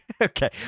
Okay